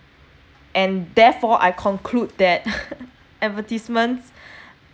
and therefore I conclude that advertisements